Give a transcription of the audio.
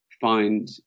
find